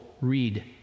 read